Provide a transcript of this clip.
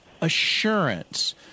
assurance